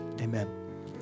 amen